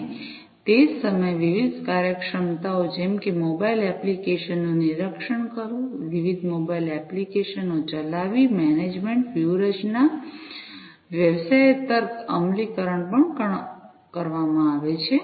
અને તે જ સમયે વિવિધ કાર્યક્ષમતાઓ જેમ કે મોબાઇલ એપ્લિકેશન્સ નું નિરીક્ષણ કરવું વિવિધ મોબાઇલ એપ્લિકેશ નો ચલાવવી મેનેજમેન્ટ વ્યૂહરચના વ્યવસાય તર્ક અમલીકરણ પણ કરવામાં આવે છે